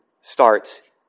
starts